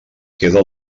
queda